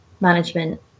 management